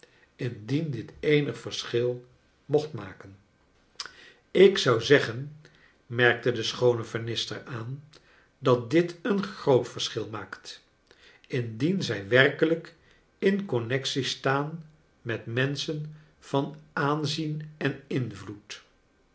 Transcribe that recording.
indien dit eenig verschil mocht maken charles dickens ik zou zeggen merkte de schoone vernister aan dat dit een groot verschil maakt indien zij werkelijk in connexie staan met menschen van aanzien en invloed